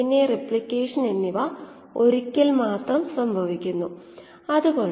ഇത് 𝜇𝑥𝑉 ആണ് അതിനാൽ സബ്സ്ട്രേറ്റിന്റെ മാസ്സിന്റെ ബാലൻസ് മാറുന്നു Fi F0 F